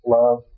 love